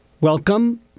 welcome